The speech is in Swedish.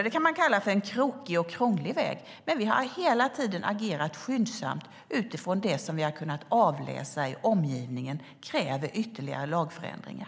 Detta kan man kalla för en krokig och krånglig väg, men vi har hela tiden agerat skyndsamt. Det vi har kunnat avläsa i omgivningen är att det krävs ytterligare lagförändringar.